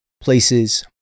places